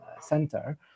Center